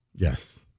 Yes